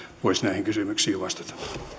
voisi näihin kysymyksiin vastata